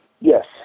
Yes